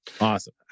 Awesome